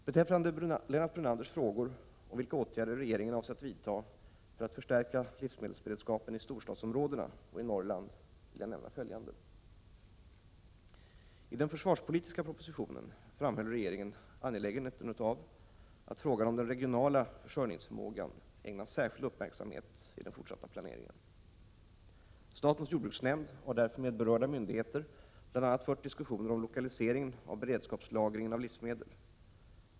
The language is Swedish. Beträffande Lennart Brunanders frågor om vilka åtgärder regeringen avser att vidta för att förstärka livsmedelsberedskapen i storstadsområdena och i Norrland vill jag nämna följande. I den försvarspolitiska propositionen framhöll regeringen angelägenheten av att frågan om den regionala försörjningsförmågan ägnas särskild uppmärksamhet i den fortsatta planeringen. Statens jordbruksnämnd har därför med berörda myndigheter bl.a. fört diskussioner om lokaliseringen av beredskapslagringen av livsmedel.